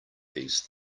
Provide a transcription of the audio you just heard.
these